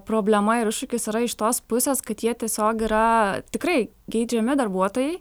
problema ir iššūkis yra iš tos pusės kad jie tiesiog yra tikrai geidžiami darbuotojai